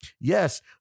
Yes